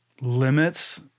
limits